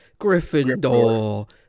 Gryffindor